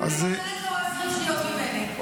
אני נותנת לו 20 שניות ממני.